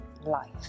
life